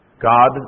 God